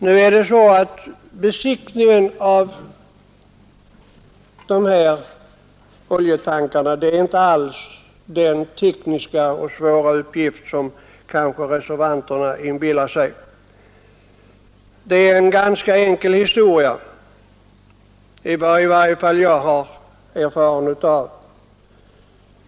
Nu är besiktningen av de här oljetankarna inte alls den tekniskt svåra uppgift som reservanterna kanske inbillar sig utan en ganska enkel historia, i varje fall enligt den erfarenhet jag har.